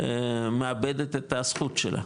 מאבדת את הזכות שלה.